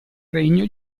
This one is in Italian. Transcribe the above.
regno